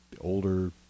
older